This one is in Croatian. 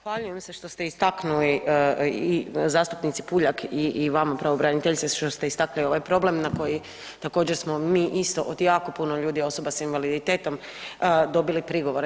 Zahvaljujem se što ste istaknuli i zastupnici Puljak i vama pravobraniteljice što ste istaknuli ovaj problem na koji također smo mi isto od jako puno ljudi osoba s invaliditetom dobili prigovore.